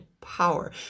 power